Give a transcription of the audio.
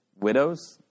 Widows